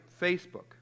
Facebook